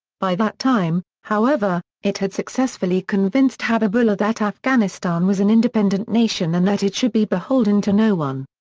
by that time, however, it had successfully convinced habibullah that afghanistan was an independent nation and that it should be beholden to no one.